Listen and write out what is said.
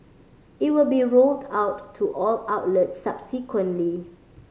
it will be rolled out to all outlets subsequently